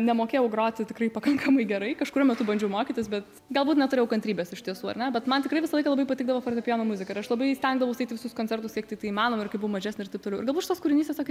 nemokėjau groti tikrai pakankamai gerai kažkuriuo metu bandžiau mokytis bet galbūt neturėjau kantrybės iš tiesų ar ne bet man tikrai visą laiką labai patikdavo fortepijono muzika ir aš labai stengdavausi eiti į visus koncertus kiek tiktai įmanoma ir kai buvau mažesnė ir taip toliau ir galbūt šitas kūrinys tiesiog